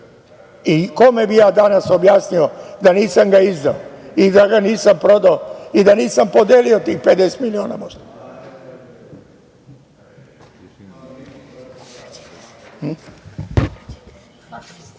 bi ja danas objasnio da ga nisam izdao i da ga nisam prodao i da nisam podelio tih 50 miliona možda? Dokaz